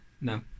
No